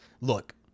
Look